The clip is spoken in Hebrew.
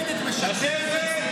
אין לך בושה מינימלית?